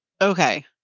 Okay